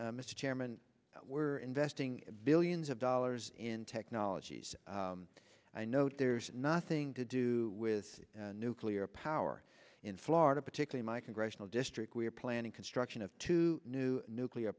finally mr chairman we're investing billions of dollars in technologies i know there's nothing to do with nuclear power in florida particularly my congressional district we are planning construction of two new nuclear